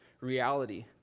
reality